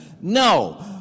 No